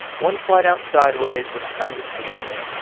one flight out sideways would have undeceived him.